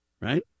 Right